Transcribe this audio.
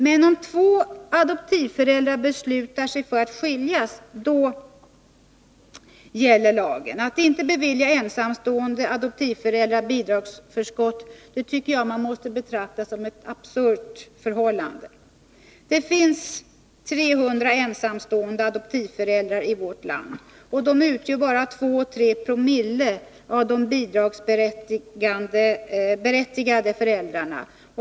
Men om två adoptivföräldrar beslutar sig för att skiljas, då gäller lagen. Att inte bevilja ensamstående adoptivföräldrar bidragsförskott tycker jag måste betraktas som ett absurt förhållande. Det finns 300 ensamstående adoptivföräldrar i vårt land. De utgör bara 2-3 Joo av de bidragsberättigade föräldrarna.